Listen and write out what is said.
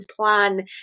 plan